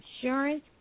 Insurance